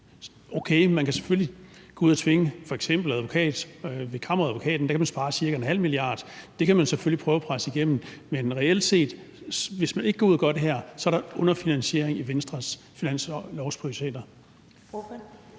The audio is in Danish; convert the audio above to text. Okay, man kan selvfølgelig gå ud og se på f.eks. Kammeradvokaten; der kan man spare ca. 1,5 mia. kr. om året. Det kan man selvfølgelig prøve at presse igennem, men reelt set er der, hvis man ikke går ud og gør det, en underfinansiering af Venstres finanslovsprioriteter.